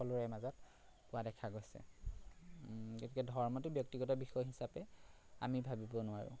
সকলোৰে মাজত পোৱা দেখা গৈছে গতিকে ধৰ্মটো ব্যক্তিগত বিষয় হিচাপে আমি ভাবিব নোৱাৰোঁ